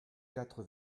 quatre